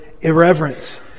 irreverence